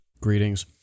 Greetings